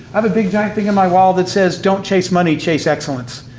i have a big giant thing on my wall that says, don't chase money chase excellence,